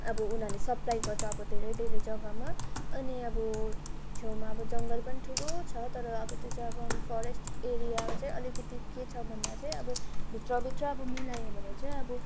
अब उनीहरूले सप्लाई गर्छ अब धेरै धेरै जग्गामा अनि अब छेउमा अब जङ्गल पनि ठुलो छ तर अब त्यो चाहिँ अब फरेस्ट एरिया चाहिँ अलिकति के छ भन्दा चाहिँ अब भित्र भित्र अब मिलायो भने चाहिँ अब